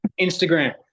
Instagram